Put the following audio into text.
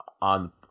on